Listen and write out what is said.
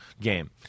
game